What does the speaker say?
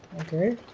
ok